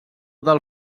del